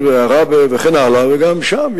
אוסיף.